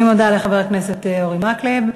אני מודה לחבר הכנסת אורי מקלב.